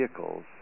vehicles